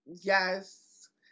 yes